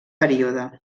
període